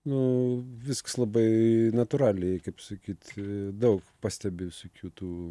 nu visks labai natūraliai kaip sakyt daug pastebiu visokių tų